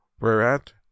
whereat